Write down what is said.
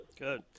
Good